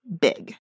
big